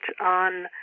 on